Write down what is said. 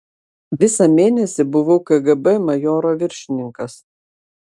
visą mėnesį buvau kgb majoro viršininkas